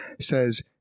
says